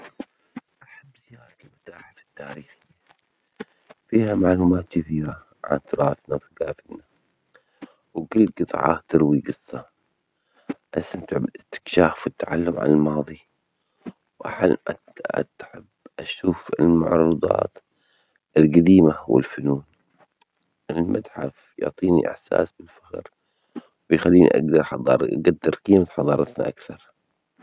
أحب زيارة المتاحف التاريخية، فيها معلومات كثيرة عن تراثنا وثجافتنا وكل جطعة تروي جصة، أستمتع بالاستكشاف والتعلم عن الماضي وأت-أحب أشوف المعروضات القديمة والفنون، المتحف يعطيني إحساس بالفخر بيخليني أقدر حضارة أقدر قيمة حضارتنا أكثر.